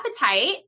appetite